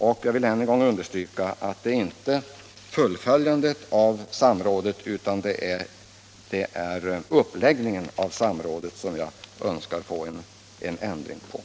Och jag vill än en gång understryka att det inte är genomförandet av samrådet utan uppläggningen av detsamma som jag önskar få en förändring av.